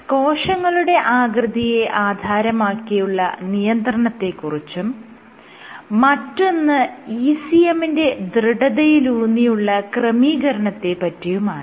ഒന്ന് കോശങ്ങളുടെ ആകൃതിയെ ആധാരമാക്കിയുള്ള നിയന്ത്രണത്തെ കുറിച്ചും മറ്റൊന്ന് ECM ന്റെ ദൃഢതയിൽ ഊന്നിയുള്ള ക്രമീകരണത്തെ പറ്റിയുമാണ്